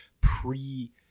pre